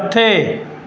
मथे